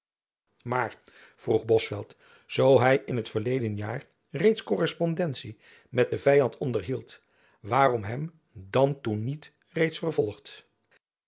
maar vroeg bosveldt zoo hy in t verleden jaar reeds korrespondentie met den vyand onderhield waarom hem dan toen niet reeds vervolgd